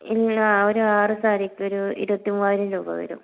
ഇല്ല ഒരാറ് സാരിക്കൊരു ഇരുപത്തി മൂവായിരം രൂപ വരും